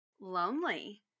lonely